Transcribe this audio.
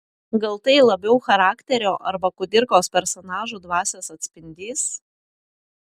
gal tai labiau charakterio arba kudirkos personažų dvasios atspindys